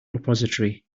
repository